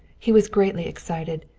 he was greatly excited.